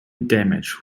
damaged